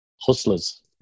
hustlers